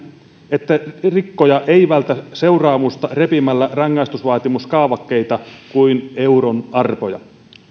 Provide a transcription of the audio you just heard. että rikkoja ei vältä seuraamusta repimällä rangaistusvaatimuskaavakkeita kuin euron arpoja